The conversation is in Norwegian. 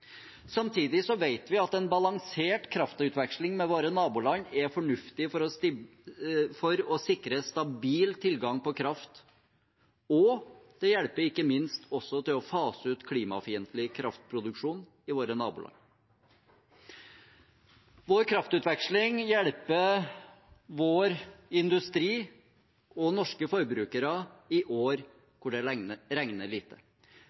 vet vi at en balansert kraftutveksling med våre naboland er fornuftig for å sikre stabil tilgang på kraft, og det hjelper ikke minst også til å fase ut klimafiendtlig kraftproduksjon i våre naboland. Vår kraftutveksling hjelper vår industri og norske forbrukere i år hvor det regner lite.